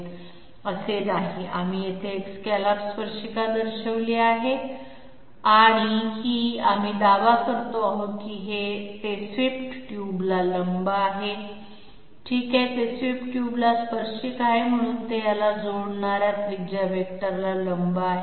आम्ही येथे एक स्कॅलॉप स्पर्शिका दर्शविली आहे आम्ही येथे एक स्कॅलॉप स्पर्शिका दर्शविली आहे आणि आम्ही दावा करत आहोत की ते स्वीप्ट ट्यूबला लंब आहे ठीक आहे ते स्वीप्ट ट्यूबला स्पर्शिक आहे आणि म्हणून ते याला जोडणाऱ्या त्रिज्या वेक्टरला लंब आहे